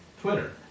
Twitter